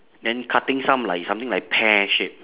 then cutting some like something like pear shape